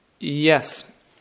Yes